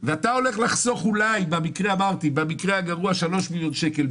הולך לחסוך אולי במקרה הגרוע 3 מיליון שקל,